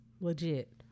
legit